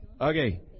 Okay